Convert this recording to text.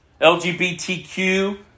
LGBTQ